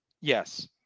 Yes